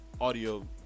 audio